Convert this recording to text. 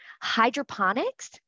Hydroponics